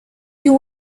you